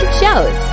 shows